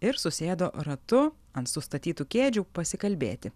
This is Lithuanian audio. ir susėdo ratu ant sustatytų kėdžių pasikalbėti